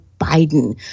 Biden